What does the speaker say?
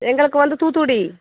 எங்களுக்கு வந்து தூத்துக்குடி